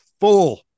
full